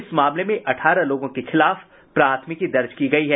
इस मामले में अठारह लोगों के खिलाफ प्राथमिकी दर्ज की गयी है